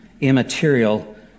immaterial